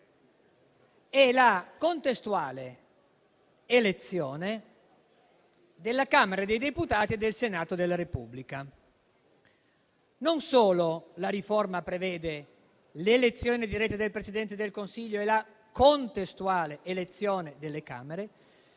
e la contestuale elezione della Camera dei deputati e del Senato della Repubblica. Non solo la riforma prevede l'elezione diretta del Presidente del Consiglio e la contestuale elezione delle Camere,